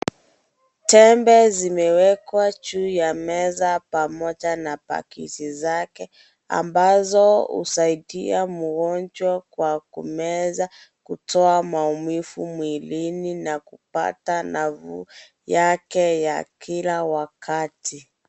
Tembe zimewekwa juu ya meza pamoja na pakiti zake ambazo husaidia mgonjwa kwa kumeza, kutoa maumivu mwilini na kupata nafuu yake ya kila wakati.